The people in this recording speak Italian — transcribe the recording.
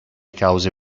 cause